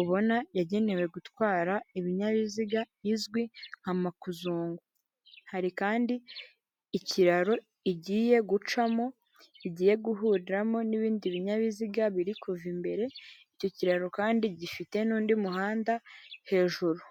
ubona yagenewe gutwara ibinyabiziga izwi nka makuzungu, hari kandi ikiraro igiye gucamo, igiye guhuriramo n'ibindi binyabiziga biri kuva imbere, icyo kiraro kandi gifite n'undi muhanda hejuru.